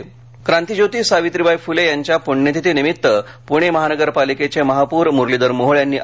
पुण्यतिथी क्रांतीज्योती सावित्रीबाई फुले यांच्या पुण्यतिथी निमित्त पुणे महानगरपालिकेचे महापौर मुरलीधर मोहोळ यांनी